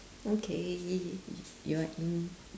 okay you're in